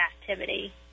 activity